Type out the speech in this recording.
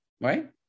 Right